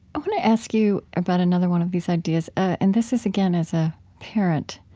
i want to ask you about another one of these ideas, and this is, again, as a parent.